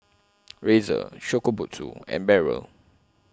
Razer Shokubutsu and Barrel